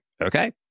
okay